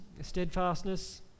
steadfastness